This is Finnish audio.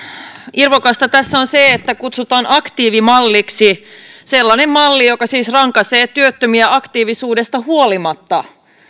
irvokasta tässä on se että kutsutaan aktiivimalliksi sellaista mallia joka siis rankaisee työttömiä aktiivisuudesta huolimatta